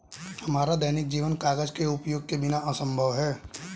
हमारा दैनिक जीवन कागज के उपयोग के बिना असंभव है